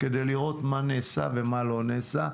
כדי לראות מה נעשה ומה לא נעשה.